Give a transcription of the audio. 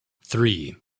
three